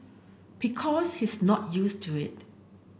because he's not used to it